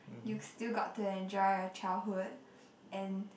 you still got to enjoy your childhood and